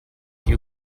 you